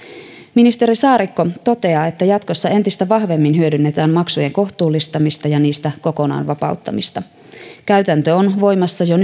ministeri saarikko toteaa että jatkossa hyödynnetään entistä vahvemmin maksujen kohtuullistamista ja niistä kokonaan vapauttamista käytäntö on voimassa jo